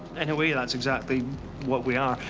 in a way, that's exactly what we are.